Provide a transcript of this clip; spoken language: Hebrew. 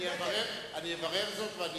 אני אברר זאת ואני